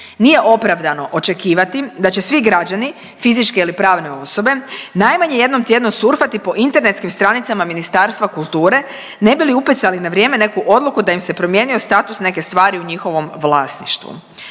Nije opravdano očekivati da će svi građani, fizičke ili pravne osobe, najmanje jednom tjedno surfati po internetskim stranicama Ministarstva kulture ne bi li upecali na vrijeme neku odluku da im se promijenio status neke stvari u njihovom vlasništvu.